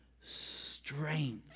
strength